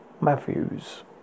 Matthews